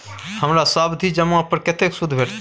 हमर सावधि जमा पर कतेक सूद भेटलै?